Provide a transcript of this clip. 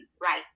right